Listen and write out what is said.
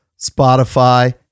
Spotify